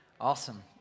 Awesome